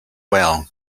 well